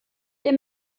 der